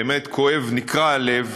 באמת נקרע הלב.